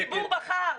הציבור בחר.